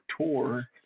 Tour